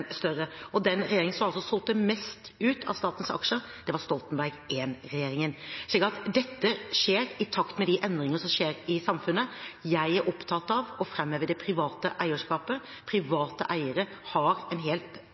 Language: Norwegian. større. Den regjeringen som solgte ut mest av statens aksjer, var Stoltenberg I-regjeringen. Dette skjer i takt med de endringene som skjer i samfunnet. Jeg er opptatt av å framheve det private eierskapet. Private eiere har en